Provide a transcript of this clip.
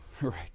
Right